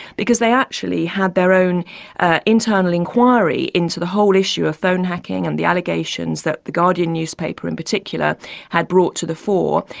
because they actually had their own internal inquiry into the whole issue of phone hacking and the allegations that the guardian newspaper in particular had brought to the fore.